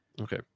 Okay